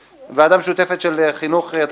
(תיקון הטלת התפקיד להרכבת הממשלה על ראש המפלגה)